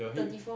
your hip